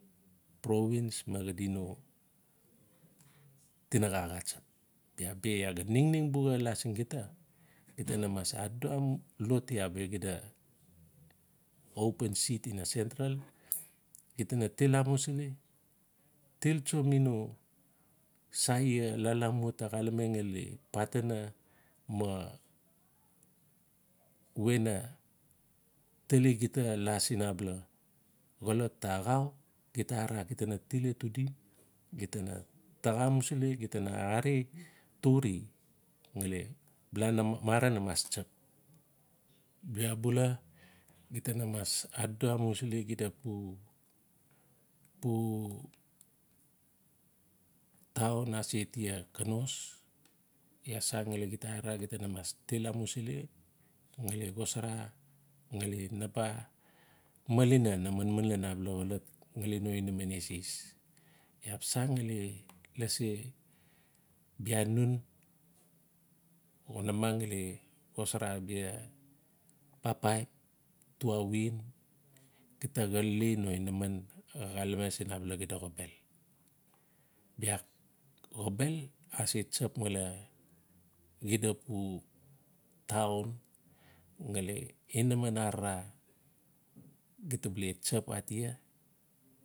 Province ma xida no tinaxa xatsap. Bia bi iaa ga ningning xatsap la siin gita-gita na mas adodo loti abia xida open seat ina sentral. gita na til amusili, tiltso mi no sa ia lalamua ta xalame ngali patinai ma we na tali gita la siin abala xolot ta axau gita araragita na til atudim gita na taxa amusili, gita na are tore ngali bala no mara na mas tsap. Bia bi gita na mas adodo amusili xida pu town ase tia konos laa san ngali gita arara gita na mas til amusili ngali xosara ngali naba malina na manman lan abala xolot. Iaa ngali no inaman ases. Iaa san ngali lasi bia nun o namang ngali xosara abia papaip gita xalili no inaman xalame sin abala xida xobel. Bia lokobel ase tsap male xida pu town ngali inaman arara, gita ba ie tsap atia.